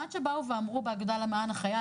עד שבאו ואמרו באגודה למען החייל,